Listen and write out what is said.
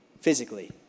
physically